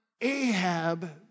Ahab